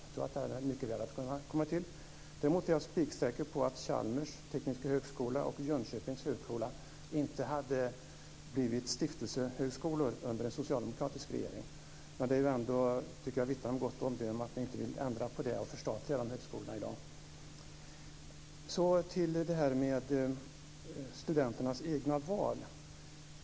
Jag tror att den mycket väl hade kunnat komma till. Däremot är jag spiksäker på att Chalmers tekniska högskola och Jönköpings högskola inte hade blivit stiftelsehögskolor under en socialdemokratisk regering. Men det vittnar ju ändå om gott omdöme, tycker jag, att ni inte vill ändra på det och förstatliga de högskolorna i dag. Så till det här med studenternas egna val.